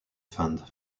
fund